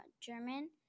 German